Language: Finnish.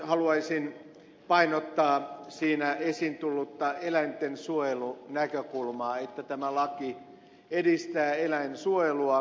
haluaisin painottaa siinä esiin tullutta eläintensuojelunäkökulmaa että tämä laki edistää eläinsuojelua